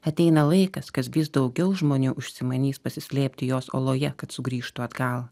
ateina laikas kas vis daugiau žmonių užsimanys pasislėpti jos oloje kad sugrįžtų atgal